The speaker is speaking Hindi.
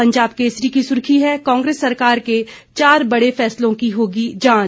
पंजाब केसरी की सुर्खी है कांग्रेस सरकार के चार बड़े फैसलों की होगी जांच